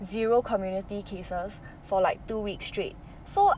zero community cases for like two weeks straight so